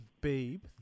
babe